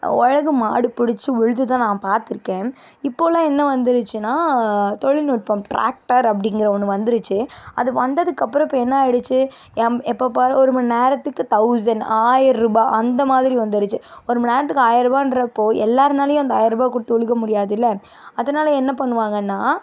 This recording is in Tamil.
ஒழவு மாடு பிடிச்சி உழுதுதான் நான் பார்த்துருக்கேன் இப்போதுலாம் என்ன வந்துடுச்சினா தொழில்நுட்பம் ட்ராக்டர் அப்டிங்கிற ஒன்று வந்துடுச்சு அது வந்ததுக்கப்புறம் இப்போ என்ன ஆகிடிச்சி எப்போது பார் ஒரு மணி நேரத்துக்கு தௌஸண்ட் ஆயரரூபா அந்த மாதிரி வந்துடுச்சி ஒரு மணி நேரத்துக்கு ஆயிரரூபான்றப்போ எல்லாருனாலேயும் அந்த ஆயிரரூபா கொடுத்து உழுவ முடியாதுல அதனால என்ன பண்ணுவாங்கன்னா